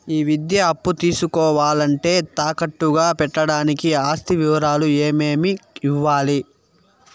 ఈ విద్యా అప్పు తీసుకోవాలంటే తాకట్టు గా పెట్టడానికి ఆస్తి వివరాలు ఏమేమి ఇవ్వాలి?